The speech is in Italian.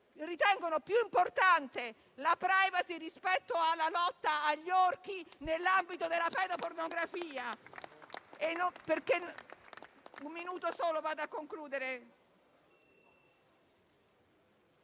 ritengono più importante la *privacy* rispetto alla lotta agli orchi nell'ambito della pedopornografia.